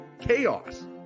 Chaos